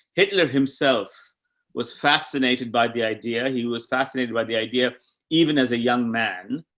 hitler himself was fascinated by the idea. he was fascinated by the idea even as a young man.